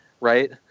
right